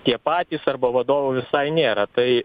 tie patys arba vadovų visai nėra tai